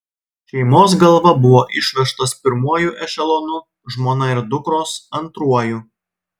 šeimos galva buvo išvežtas pirmuoju ešelonu žmona ir dukros antruoju